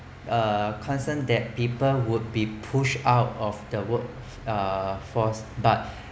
uh concern that people would be pushed out of the work uh force but